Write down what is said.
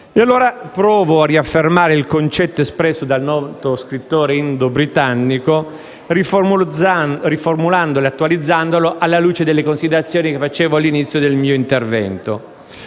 allora a riaffermare il concetto espresso dal noto scrittore indo-britannico, riformulandolo e attualizzandolo alla luce delle considerazioni che facevo all'inizio del mio intervento,